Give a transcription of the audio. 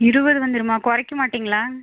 இருபது வந்துருமா குறைக்க மாட்டிங்களா